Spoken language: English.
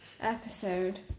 episode